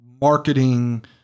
marketing